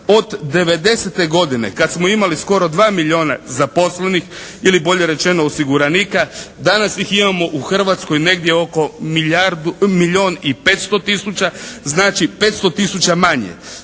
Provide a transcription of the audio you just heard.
Od '90. godine kad smo imali skoro 2 milijuna zaposlenih ili bolje rečeno osiguranika danas ih imamo u Hrvatskoj negdje oko milijun i 500 tisuća, znači 500 tisuća manje.